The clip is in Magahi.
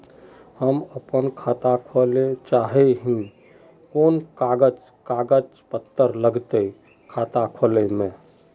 हम अपन खाता खोले चाहे ही कोन कागज कागज पत्तार लगते खाता खोले में?